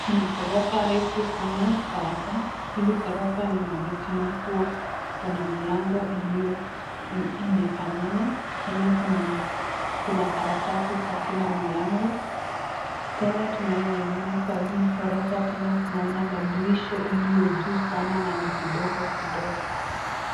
Kuna ghorofa refu sana iko hapa hili ghorofa inaonekana kuwa iko na milango iliyo imefanana tena kuna karatasi kwa kila mlango tena tunayoiona kwa hii ghorofa tunaona madhirisha iliyo juu sana na ni kidogo kidogo.